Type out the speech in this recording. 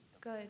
Good